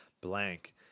blank